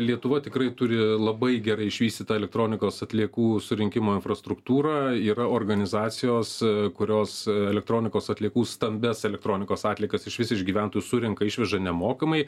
lietuva tikrai turi labai gerai išvystytą elektronikos atliekų surinkimo infrastruktūrą yra organizacijos kurios elektronikos atliekų stambias elektronikos atliekas išvis iš gyventojų surenka išveža nemokamai